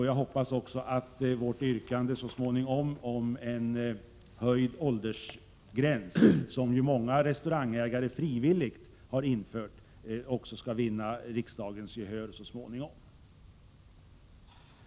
Jag hoppas att yrkandet om en höjd åldersgräns, som ju många restaurangägare frivilligt har infört, skall vinna riksdagens gehör så småningom.